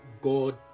god